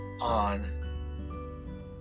on